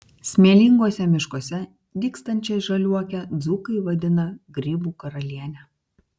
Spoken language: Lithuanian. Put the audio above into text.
smėlinguose miškuose dygstančią žaliuokę dzūkai vadina grybų karaliene